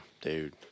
dude